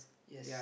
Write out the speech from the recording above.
yes